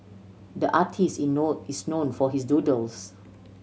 the artist is known for his doodles